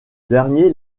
dernier